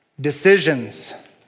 decisions